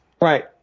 right